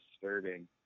disturbing